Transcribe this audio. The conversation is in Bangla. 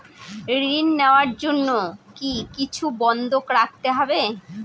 ঋণ নেওয়ার জন্য কি কিছু বন্ধক রাখতে হবে?